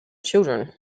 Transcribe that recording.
children